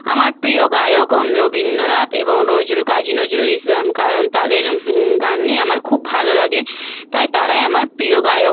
আমার প্রিয় গায়ক রবীন্দ্রনাথ এবং নজরুল কাজি নজরুল ইসলাম কারণ তাদের গান নিয়ে আমার খুব ভালো লাগে তাই তারাই আমার প্রিয় গায়ক